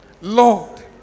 Lord